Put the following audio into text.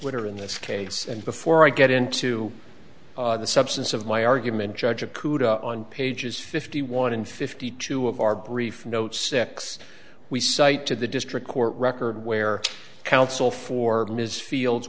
twitter in this case and before i get into the substance of my argument judge of kuta on pages fifty one fifty two of our brief notes six we cite to the district court record where counsel for ms fields